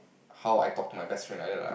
how I talk to my best friend like that lah